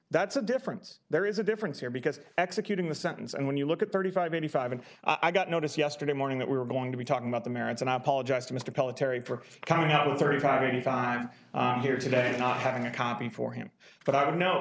that's a difference there is a difference here because executing the sentence and when you look at thirty five eighty five and i got notice yesterday morning that we were going to be talking about the merits and i apologize to mr pelletier for coming out with thirty five thirty five here today not having a copy for him but i know